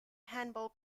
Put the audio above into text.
handball